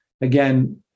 again